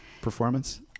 performance